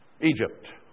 Egypt